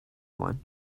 one